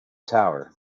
tower